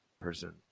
person